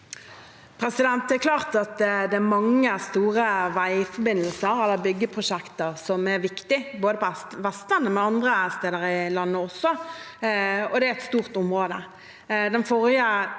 Det er klart at det er mange store veiforbindelser eller byggeprosjekter som er viktige, både på Vestlandet og andre steder i landet, og det er et stort område.